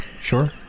Sure